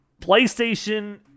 PlayStation